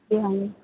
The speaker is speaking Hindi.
जी हाँ